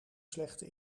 slechte